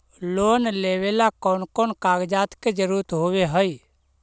Loan लेबे ला कौन कौन कागजात के जरुरत होबे है?